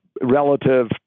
relative